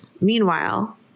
meanwhile